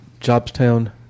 Jobstown